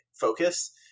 focus